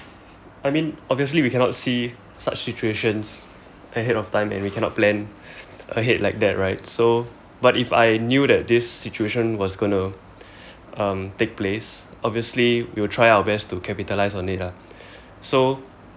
I mean obviously we cannot see such situations ahead of time and we cannot plan ahead like that right so but if I knew that this situation was going to um take place obviously we'll try our best to capitalise on it lah so